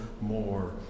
more